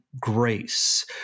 grace